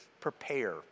prepare